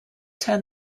turn